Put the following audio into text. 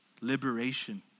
liberation